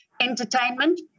entertainment